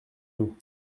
nous